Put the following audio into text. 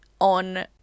on